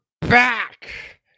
back